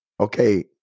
okay